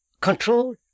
control